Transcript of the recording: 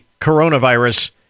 coronavirus